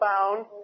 found